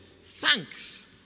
Thanks